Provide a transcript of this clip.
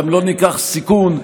גם לא ניקח סיכון שיתברר,